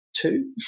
Two